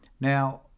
now